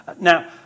Now